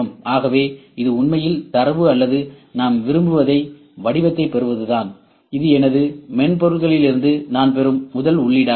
ஆகவே இது உண்மையில் தரவு அல்லது நாம் விரும்புவதை வடிவத்தைப் பெறுவதுதான் இது எனது மென்பொருள்களிலிருந்து நான் பெறும் முதல் உள்ளீடாகும்